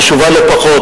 החשובה לא פחות,